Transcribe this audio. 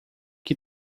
que